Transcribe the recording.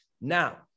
Now